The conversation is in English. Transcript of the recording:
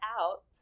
out